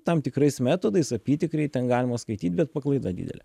tam tikrais metodais apytikriai ten galima skaityt bet paklaida didelė